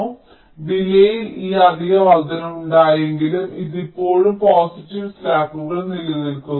അതിനാൽ ഡിലേയ്യിൽ ഈ അധിക വർദ്ധനവുണ്ടായെങ്കിലും ഇത് ഇപ്പോഴും പോസിറ്റീവ് സ്ലാക്കുകളിൽ നിലനിൽക്കുന്നു